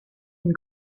une